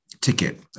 ticket